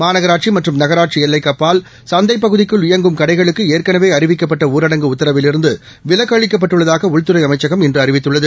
மாநகராட்சி மற்றம் நகராட்சி எல்லைக்கு அப்பால் சந்தை பகுதிக்குள் இயங்கும் கடைகளுக்கு ஏற்கனவே அறிவிக்கப்பட்ட ஊரடங்கு உத்தரவிலிருந்து விலக்கு அளிக்கப்பட்டுள்ளதாக உள்துறை அமைச்சகம் இன்ற அறிவித்துள்ளது